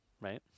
right